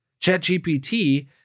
ChatGPT